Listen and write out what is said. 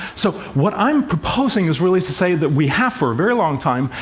so what i'm proposing is really to say that we have, for a very long time,